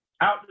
out